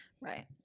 Right